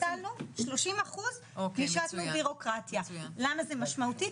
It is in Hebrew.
30 אחוז ביטלנו ביורוקרטיה, למה זה משמעותי?